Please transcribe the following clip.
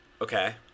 Okay